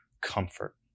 comfort